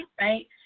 Right